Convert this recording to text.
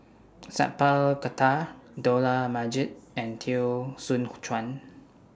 Sat Pal Khattar Dollah Majid and Teo Soon Chuan